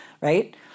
right